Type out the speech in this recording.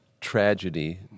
tragedy